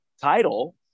title